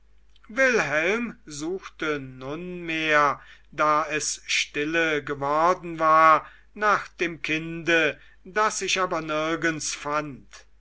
wilhelm suchte nunmehr da es stille geworden war nach dem kinde das sich aber nirgends fand